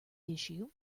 issue